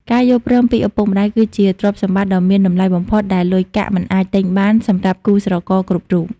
ការយល់ព្រមពីឪពុកម្ដាយគឺជាទ្រព្យសម្បត្តិដ៏មានតម្លៃបំផុត ដែលលុយកាក់មិនអាចទិញបានសម្រាប់គូស្រករគ្រប់រូប។